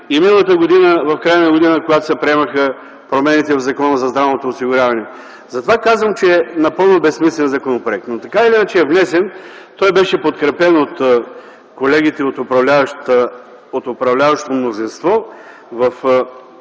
в края на миналата година, когато се приемаха промените в Закона за здравното осигуряване. Затова казвам, че е напълно безсмислен законопроект. Така или иначе е внесен. Той беше подкрепен от колегите от управляващото мнозинство в